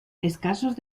escasos